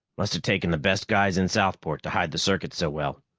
must have taken the best guys in southport to hide the circuit so well.